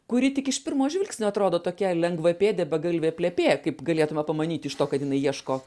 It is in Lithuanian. kuri tik iš pirmo žvilgsnio atrodo tokia lengvapėdė begalvė plepė kaip galėtume pamanyti iš to kad jinai ieško